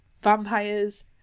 vampires